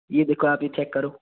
ये देखो आप ये चेक करो